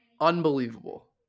Unbelievable